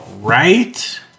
right